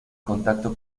contacto